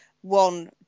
one